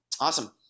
Awesome